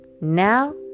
Now